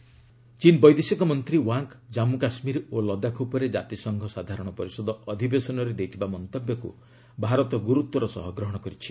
M E Kashmir China ଚୀନ୍ ବୈଦେଶିକ ମନ୍ତ୍ରୀ ୱାଙ୍ଗ୍ କାମ୍ମୁ କାଶ୍ମୀର ଓ ଲଦାଖ ଉପରେ ଜାତିସଂଘ ସାଧାରଣ ପରିଷଦ ଅଧିବେଶନରେ ଦେଇଥିବା ମନ୍ତବ୍ୟକ୍ର ଭାରତ ଗୁରୁତ୍ୱର ସହ ଗ୍ରହଣ କରିଛି